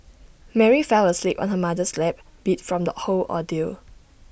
Mary fell asleep on her mother's lap beat from the whole ordeal